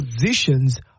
positions